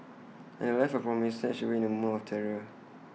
and A life of promise snatched away in A moment of terror